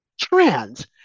trans